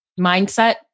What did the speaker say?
mindset